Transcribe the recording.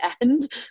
end